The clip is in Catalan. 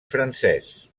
francès